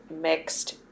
mixed